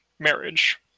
marriage